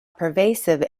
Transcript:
pervasive